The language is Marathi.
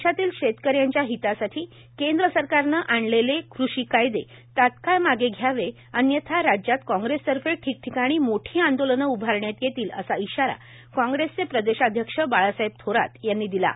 देशातील शेतकऱ्यांच्या हितासाठी केंद्र सरकारने आणलेले कृषी कायदे तात्काळ मागे घ्यावे अन्यथा राज्यात काँग्रेस तर्फे ठिकठिकाणी मोठी आंदोलने उभारण्यात येईल असा इशारा काँग्रेसचे प्रदेशाध्यक्ष बाळासाहेब थोरात यांनी दिला आहे